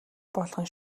болгон